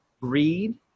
greed